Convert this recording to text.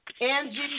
Angie